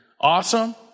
awesome